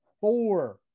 four